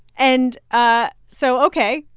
and ah so, ok,